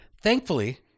Thankfully